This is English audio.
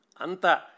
Anta